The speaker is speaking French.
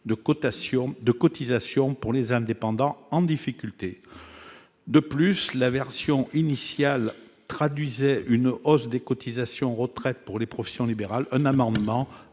de cotisations pour les indépendants en difficulté. De plus, la version initiale se traduisait par une hausse des cotisations retraite pour les professions libérales. Un amendement